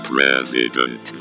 President